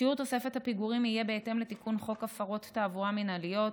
שיעור תוספת הפיגורים יהיה בהתאם לתיקון חוק הפרות תעבורה מינהליות,